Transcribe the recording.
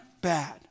bad